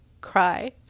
cry